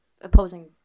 opposing